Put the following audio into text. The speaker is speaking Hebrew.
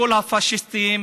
כל הפאשיסטים,